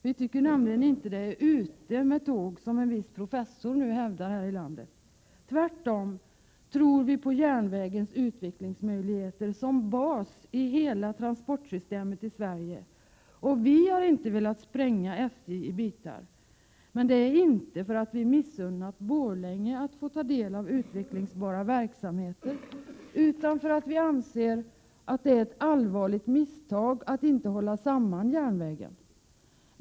Vi tycker nämligen inte att det är ”ute med tåg” , som en viss professor här i landet nu hävdar — tvärtom tror vi på järnvägens utvecklingsmöjligheter som basi hela transportsystemet i Sverige. Vi har inte velat spränga SJ i bitar, men det beror inte på att vi missunnar Borlänge att få ta del av utvecklingsbara verksamheter utan på att vi anser att det är ett allvarligt misstag att inte hålla samman järnvägen.